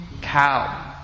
cow